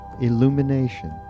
illumination